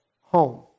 home